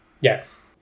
yes